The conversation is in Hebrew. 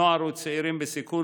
בנוער ובצעירים בסיכון,